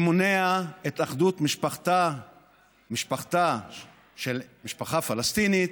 שמונע את אחדות משפחתה של משפחה פלסטינית,